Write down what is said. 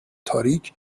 تاریک